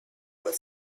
was